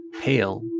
pale